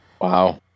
Wow